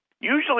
Usually